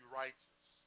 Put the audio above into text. righteous